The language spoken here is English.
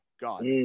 God